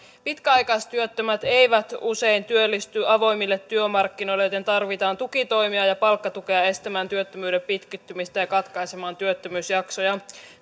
pitkäaikaistyöttömät eivät usein työllisty avoimille työmarkkinoille joten tarvitaan tukitoimia ja palkkatukea estämään työttömyyden pitkittymistä ja katkaisemaan työttömyysjaksoja